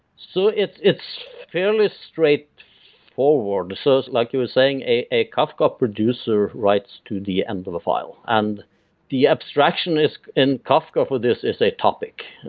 so it's it's fairly straight forward. and so like you were saying, a a kafka producer writes to the end of the file and the abstraction is, in kafka for this, is a topic.